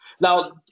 Now